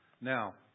Now